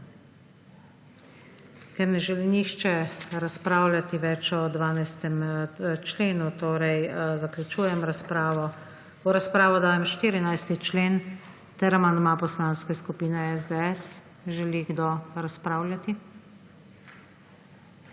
Ker ne želi nihče več razpravljati o 12. členu, zaključujem razpravo. V razpravo dajem 14. člen in amandma Poslanske skupine SDS. Želi kdo razpravljati?